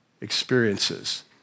experiences